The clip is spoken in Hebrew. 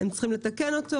והם צריכים לתקן אותו.